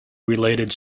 related